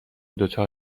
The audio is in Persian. دچار